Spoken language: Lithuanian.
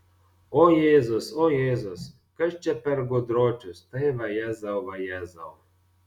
o jėzus o jėzus kas čia per gudročius tai vajezau vajezau